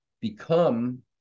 become